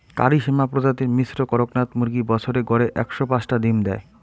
কারি শ্যামা প্রজাতির মিশ্র কড়কনাথ মুরগী বছরে গড়ে একশো পাঁচটা ডিম দ্যায়